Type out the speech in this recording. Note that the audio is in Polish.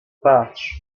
patrz